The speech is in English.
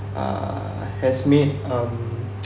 err has met um